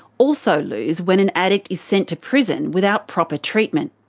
also lose when an addict is sent to prison without proper treatment.